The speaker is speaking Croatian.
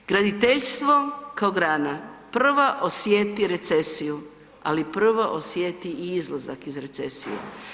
Graditeljstvo kao grana prva osjeti recesiju, ali prva osjeti i izlazak iz recesije.